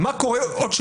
אני חושב שהיום בתקופה